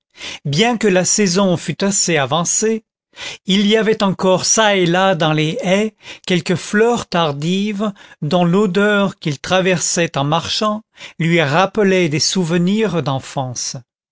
bien que la saison fut assez avancée il y avait encore çà et là dans les haies quelques fleurs tardives dont l'odeur qu'il traversait en marchant lui rappelait des souvenirs d'enfance